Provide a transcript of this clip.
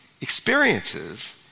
experiences